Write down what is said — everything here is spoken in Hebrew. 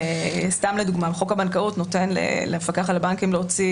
לדוגמה חוק הבנקאות נותן למפקח על הבנקים להוציא